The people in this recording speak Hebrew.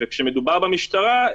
וכשמדובר במשטרה,